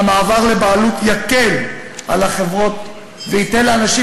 והמעבר לבעלות יקל על החברות וייתן לאנשים